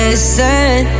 Listen